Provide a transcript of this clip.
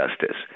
justice